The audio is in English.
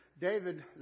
David